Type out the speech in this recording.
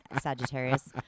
Sagittarius